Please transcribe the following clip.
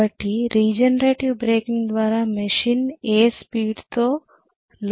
కాబట్టి regenerative braking ద్వారా machine ఏ స్పీడ్ తో లోడ్ను చేరుకోగలదు